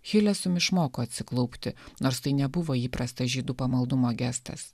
hilesum išmoko atsiklaupti nors tai nebuvo įprastas žydų pamaldumo gestas